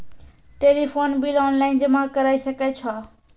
Telephone bill online जमा करै सकै छौ?